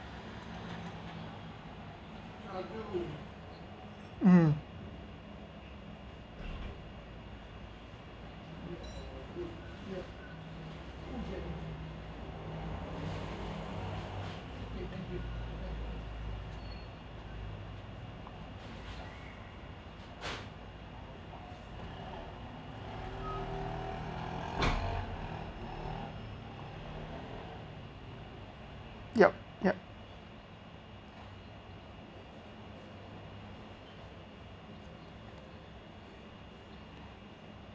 um yup yup